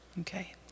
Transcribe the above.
Okay